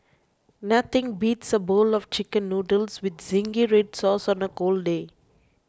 nothing beats a bowl of Chicken Noodles with Zingy Red Sauce on a cold day